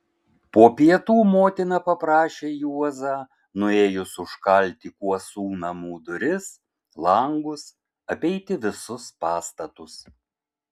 po pietų motina paprašė juozą nuėjus užkalti kuosų namų duris langus apeiti visus pastatus